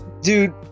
dude